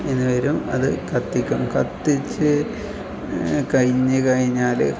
ഇനി വരും അത് കത്തിക്കും കത്തിച്ച് കഴിഞ്ഞ് കഴിഞ്ഞാൽ